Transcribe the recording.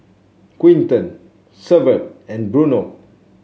Quinton Severt and Bruno